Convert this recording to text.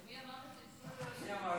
אדוני היושב בראש,